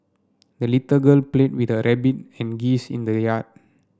the little girl played with her rabbit and geese in the yard